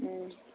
उम